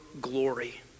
glory